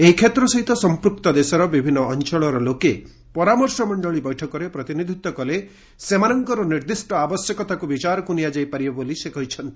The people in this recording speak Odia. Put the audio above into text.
ଏହି କ୍ଷେତ୍ର ସହିତ ସମ୍ପୂକ୍ତ ଦେଶର ବିଭିନ୍ନ ଅଞ୍ଚଳର ଲୋକେ ଏହି ପରାମର୍ଶ ମଣ୍ଡଳୀ ବୈଠକରେ ପ୍ରତିନିଧିତ୍ୱ କଲେ ସେମାନଙ୍କର ନିର୍ଦ୍ଧିଷ୍ଟ ଆବଶ୍ୟକତାକୁ ବିଚାରକୁ ନିଆଯାଇପାରିବ ବୋଲି ସେ କହିଛନ୍ତି